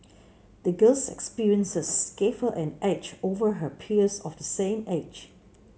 the girl's experiences gave her an edge over her peers of the same age